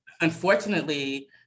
Unfortunately